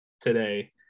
today